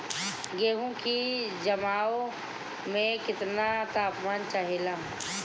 गेहू की जमाव में केतना तापमान चाहेला?